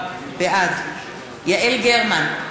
בעד יעל גרמן,